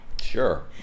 sure